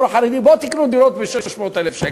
החרדי: בואו תקנו דירות ב-600,000 שקל.